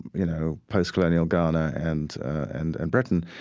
you know, post-colonial ghana and and and britain,